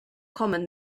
common